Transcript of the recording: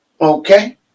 Okay